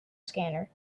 scanner